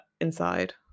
inside